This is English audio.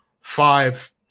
five